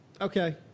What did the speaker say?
Okay